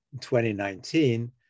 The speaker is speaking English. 2019